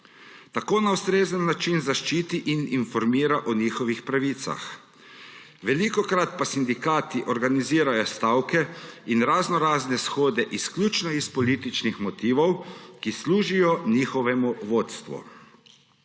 Tako na ustrezen način zaščiti in informira o njihovih pravicah. Velikokrat pa sindikati organizirajo stavke in raznorazne shode izključno iz političnih motivov, ki služijo njihovemu vodstvu.